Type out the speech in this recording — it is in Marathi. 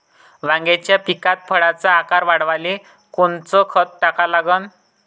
वांग्याच्या पिकात फळाचा आकार वाढवाले कोनचं खत टाका लागन?